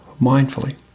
mindfully